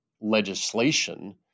legislation